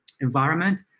environment